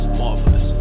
marvelous